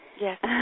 Yes